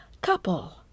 Couple